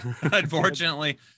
unfortunately